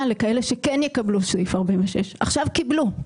לכאלה שכן יקבלו את סעיף 46. עכשיו קיבלו.